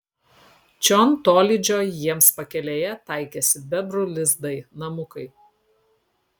čion tolydžio jiems pakelėje taikėsi bebrų lizdai namukai